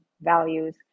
values